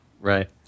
Right